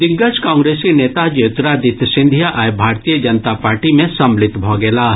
दिग्गज कांग्रेसी नेता ज्योतिरादित्य सिंधिया आइ भारतीय जनता पार्टी मे सम्मिलित भऽ गेलाह